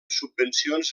subvencions